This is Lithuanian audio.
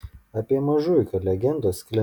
apie mažuiką legendos sklinda